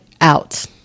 out